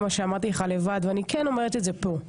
אמרתי לך את זה לבד ואני כן אומרת את זה פה.